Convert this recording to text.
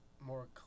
more